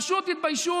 פשוט תתביישו.